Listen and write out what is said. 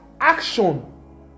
action